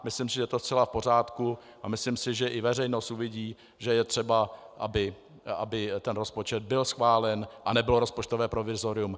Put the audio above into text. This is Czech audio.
Myslím, že je to zcela v pořádku, a myslím, že i veřejnost uvidí, že je třeba, aby rozpočet byl schválen a nebylo rozpočtové provizorium.